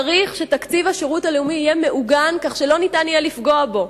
צריך שתקציב השירות הלאומי יהיה מעוגן כך שלא יהיה ניתן לפגוע בו,